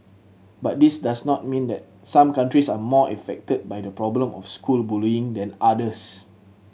but this does not mean that some countries are more affected by the problem of school bullying than others